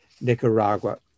Nicaragua